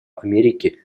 америки